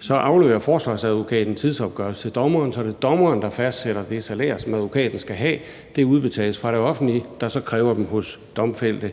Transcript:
Så afleverer forsvarsadvokaten en tidsopgørelse til dommeren, og så er det dommeren, der fastsætter det salær, som advokaten skal have; det udbetales fra det offentlige, der så kræver dem hos domfældte.